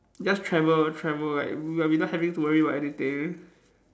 just travel travel like without having to worry about anything